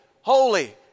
holy